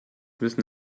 müssen